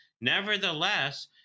Nevertheless